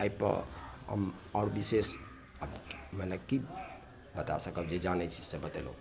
एहि पर आओर बिशेष मने की बता सकब जे जानैत छी से बतेलहुँ